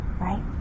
right